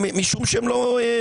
לא.